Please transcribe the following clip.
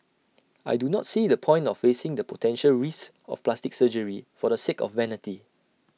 I do not see the point of facing the potential risks of plastic surgery for the sake of vanity